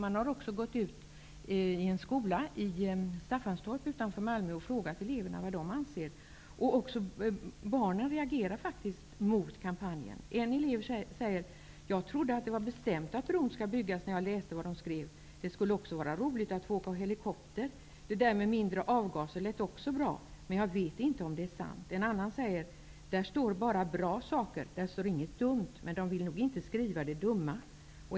Man har även frågat eleverna i en skola i Staffanstorp utanför Malmö vad de anser. Också barnen har reagerat mot kampanjen. En elev säger: Jag trodde att det var bestämt att bron skulle byggas när jag läste vad de skrev. Det skulle också vara roligt att få åka helikopter. Det där med mindre avgaser lät bra, men jag vet inte om det är sant. En annan elev säger: Där står bara bra saker. Där står inget dumt, men de vill nog inte skriva det dumma.